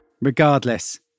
Regardless